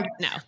No